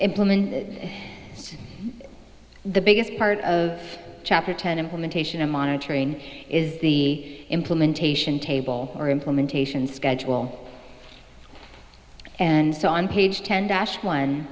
implement the biggest part of chapter ten implementation of monitoring is the implementation table or implementation schedule and so on page